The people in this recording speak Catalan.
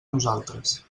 nosaltres